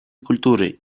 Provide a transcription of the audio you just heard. культуры